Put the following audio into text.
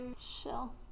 shell